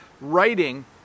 writing